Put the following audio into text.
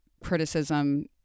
criticism